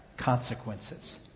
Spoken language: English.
consequences